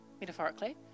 metaphorically